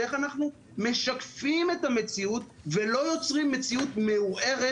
ואיך אנחנו משקפים את המציאות ולא יוצרים מציאות מעורערת